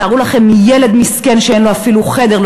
תארו לכם ילד מסכן שאין לו אפילו חדר,